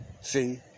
see